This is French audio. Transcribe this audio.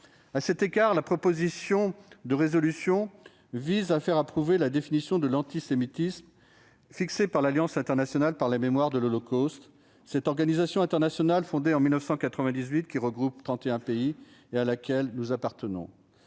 À cet égard, la proposition de résolution vise à faire approuver la définition de l'antisémitisme fixée par l'Alliance internationale pour la mémoire de l'Holocauste. Cette organisation internationale, fondée en 1998, regroupant trente et un pays et à laquelle appartient